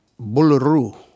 Buluru